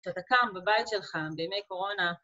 ‫שאתה קם בבית שלך בימי קורונה.